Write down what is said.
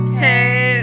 two